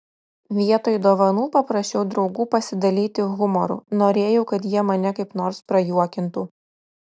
vietoj dovanų paprašiau draugų pasidalyti humoru norėjau kad jie mane kaip nors prajuokintų